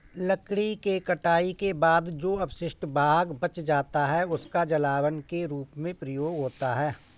लकड़ी के कटाई के बाद जो अवशिष्ट भाग बच जाता है, उसका जलावन के रूप में प्रयोग होता है